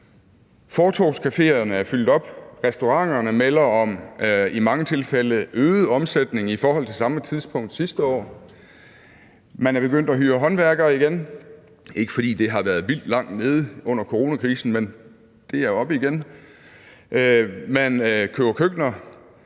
Fortovscafeerne er fyldt op, restauranterne melder om i mange tilfælde øget omsætning i forhold til samme tidspunkt sidste år, man er begyndt at hyre håndværkere igen – det er ikke, fordi det har været vildt langt nede under coronakrisen, men det er oppe igen – man køber køkkener,